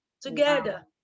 together